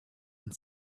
and